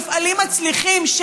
מפעלים מצליחים,